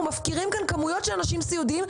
מפקירים כמויות של אנשים סיעודיים.